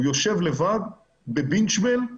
הוא יושב לבד בבינת ג'בל,